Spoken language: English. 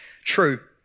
true